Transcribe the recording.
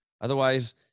Otherwise